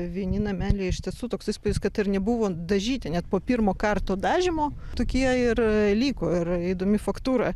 vieni nameliai iš tiesų toks įspūdis kad ir nebuvo dažyti net po pirmo karto dažymo tokie ir liko ir įdomi faktūra